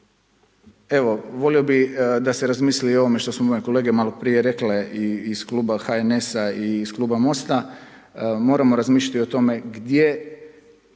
Evo, volio bi da se razmisli i o ovome što su moje kolege maloprije rekle i iz Kluba HNS-a i Kluba Mosta moramo razmišljati o tome gdje